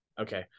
Okay